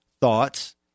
thoughts